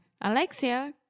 Alexia